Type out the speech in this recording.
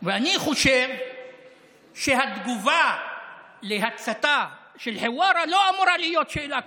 אני חושב שהתגובה להצתה של חווארה לא אמורה להיות שאלה כזאת.